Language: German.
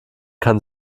kann